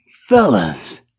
fellas